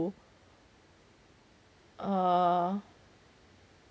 err